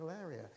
area